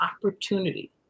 opportunity